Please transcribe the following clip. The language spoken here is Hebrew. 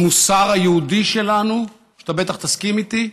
המוסר היהודי שלנו, אתה בטח תסכים איתי,